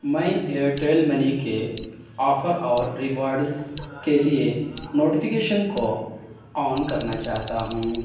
میں Airtel money کے offer اور ریوارڈز کے لیے نوٹیفیکیشن کو آن کرنا چاہتا ہوں